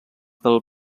del